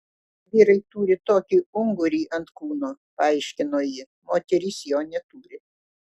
vyrai turi tokį ungurį ant kūno paaiškino ji moterys jo neturi